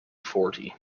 fourty